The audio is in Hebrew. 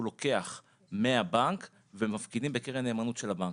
לוקח מהבנק ומפקידים בקרן נאמנות של הבנק.